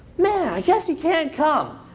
man, i guess you can't come.